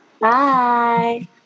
Bye